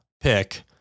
Pick